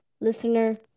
listener